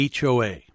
HOA